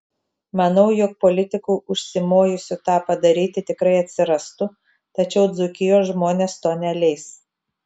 manau jog politikų užsimojusių tą padaryti tikrai atsirastų tačiau dzūkijos žmonės to neleis